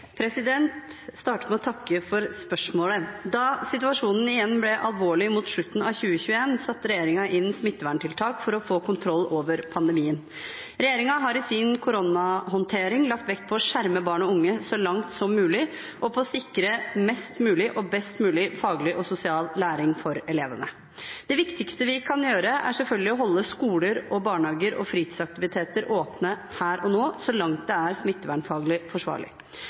med å takke for spørsmålet. Da situasjonen igjen ble alvorlig mot slutten av 2021, satte regjeringen inn smitteverntiltak for å få kontroll over pandemien. Regjeringen har i sin koronahåndtering lagt vekt på å skjerme barn og unge så langt som mulig og på å sikre mest mulig og best mulig faglig og sosial læring for elevene. Det viktigste vi kan gjøre, er selvfølgelig å holde skoler, barnehager og fritidsaktiviteter åpne her og nå, så langt det er smittevernfaglig forsvarlig.